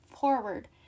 forward